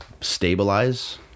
stabilize